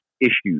issues